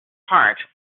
heart